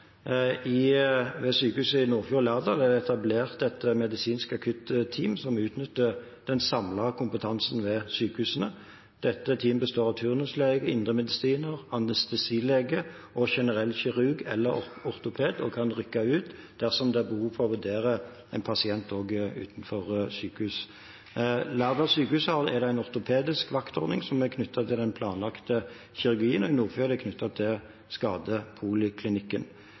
Ved sykehusene i Nordfjord og Lærdal er det etablert et medisinsk akutteam som utnytter den samlede kompetansen ved sykehusene. Dette teamet består av turnuslege, indremedisiner, anestesilege og generell kirurg eller ortoped og kan rykke ut dersom det er behov for å vurdere en pasient også utenfor sykehus. Ved Lærdal sjukehus er det en ortopedisk vaktordning som er knyttet til den planlagte kirurgien, og i Nordfjord er den knyttet til skadepoliklinikken.